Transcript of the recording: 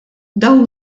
dawn